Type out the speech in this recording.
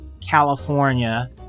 california